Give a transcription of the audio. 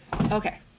Okay